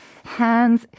hands